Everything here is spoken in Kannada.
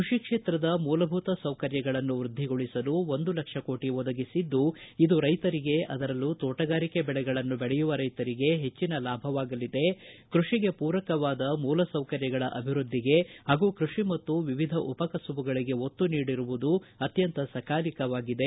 ಕೃಷಿ ಕ್ಷೇತ್ರದ ಮೂಲಭೂತ ಸೌಕರ್ಯಗಳನ್ನು ವೃದ್ಧಿಗೊಳಿಸಲು ಒಂದು ಲಕ್ಷ ಕೋಟ ಒದಗಿಸಿದ್ದು ಇದು ರೈತರಿಗೆ ಅದರಲ್ಲೂ ತೋಟಗಾರಿಕ ಬೆಳೆಗಳನ್ನು ಬೆಳೆಯುವ ರೈಶರಿಗೆ ಹೆಚ್ಚಿನ ಲಾಭವಾಗಲಿದೆ ಕೃಷಿಗೆ ಪೂರಕವಾದ ಮೂಲ ಸೌಕರ್ಯಗಳ ಅಭಿವೃದ್ದಿಗೆ ಹಾಗೂ ಕೃಷಿ ಮತ್ತು ವಿವಿಧ ಉಪಕಸುಬುಗಳಿಗೆ ಒತ್ತು ನೀಡಿರುವುದು ಅತ್ಯಂತ ಸಕಾಲಿಕವಾಗಿದೆ